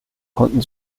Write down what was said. konnten